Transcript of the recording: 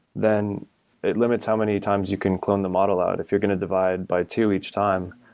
then it limits how many times you can clone the model out. if you're going to divide by two each time,